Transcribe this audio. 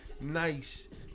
nice